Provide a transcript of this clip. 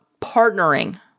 partnering